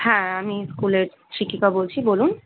হ্যাঁ আমি স্কুলের শিক্ষিকা বলছি বলুন